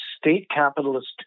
state-capitalist